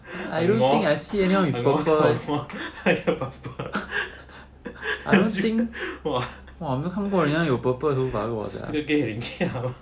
hor pur~ !wah! 这个 gay 很跳